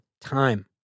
time